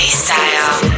style